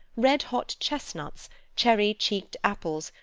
red-hot chestnuts cherry-cheeked apples,